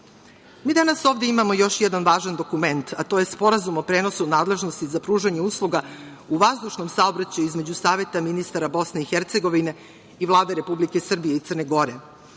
danas ovde imamo još jedan važan dokument, a to je Sporazum o prenosu nadležnosti za pružanje usluga u vazdušnom saobraćaju između Saveta ministara BiH i Vlade Republike Srbije i Crne